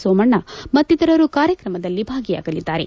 ಸೋಮಣ್ಣ ಮತ್ತಿತರರು ಕಾರ್ಯಕ್ರಮದಲ್ಲ ಭಾಗಿಯಾಗಅದ್ದಾರೆ